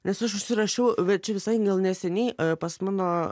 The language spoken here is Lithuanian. nes aš užsirašiau čia visai gal neseniai pas mano